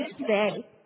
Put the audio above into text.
today